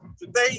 today